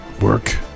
work